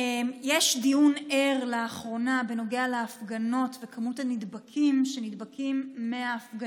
יש דיון ער לאחרונה בנוגע להפגנות ומספר הנדבקים בהפגנות.